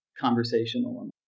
conversational